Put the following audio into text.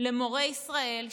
למורי ישראל,